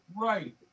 right